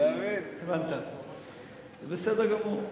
בסדר גמור.